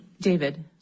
David